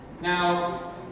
Now